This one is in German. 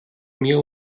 mir